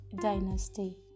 dynasty